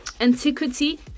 antiquity